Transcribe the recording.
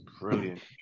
brilliant